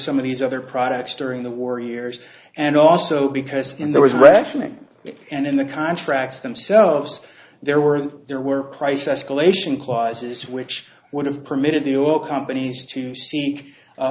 some of these other products during the war years and also because when there was rationing and in the contracts themselves there were there were price escalation clauses which would have permitted the o companies to see